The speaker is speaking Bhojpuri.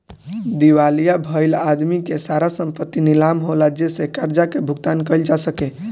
दिवालिया भईल आदमी के सारा संपत्ति नीलाम होला जेसे कर्जा के भुगतान कईल जा सके